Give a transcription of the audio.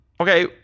Okay